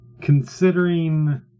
considering